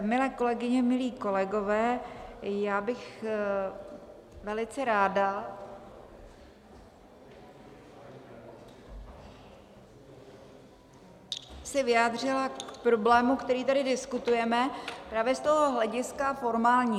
Milé kolegyně, milí kolegové, já bych se velice ráda vyjádřila k problému, který tady diskutujeme, právě z toho hlediska formálního.